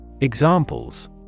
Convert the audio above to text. Examples